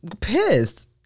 pissed